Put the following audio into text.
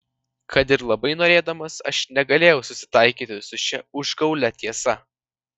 kad ir labai norėdamas aš negalėjau susitaikyti su šia užgaulia tiesa